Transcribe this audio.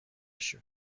بشو